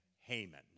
Haman